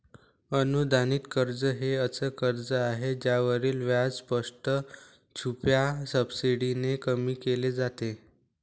अनुदानित कर्ज हे असे कर्ज आहे ज्यावरील व्याज स्पष्ट, छुप्या सबसिडीने कमी केले जाते